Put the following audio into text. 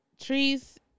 Trees